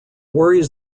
worries